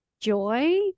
joy